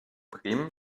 bremen